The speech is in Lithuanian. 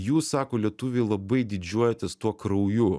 jūs sako lietuviai labai didžiuojatės tuo krauju